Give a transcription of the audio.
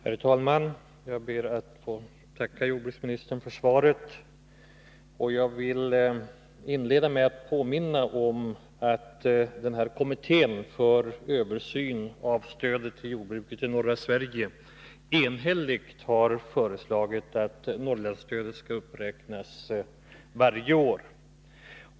Herr talman! Jag ber att få tacka jordbruksministern för svaret. Jag vill inleda med att påminna om att kommittén för översyn av stödet till jordbruket i norra Sverige enhälligt har föreslagit att Norrlandsstödet skall uppräknas varje år.